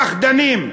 פחדים.